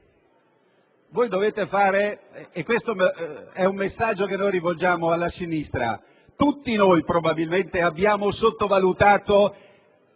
i militari? Questo è un messaggio che rivolgiamo alla sinistra. Tutti noi probabilmente abbiamo sottovalutato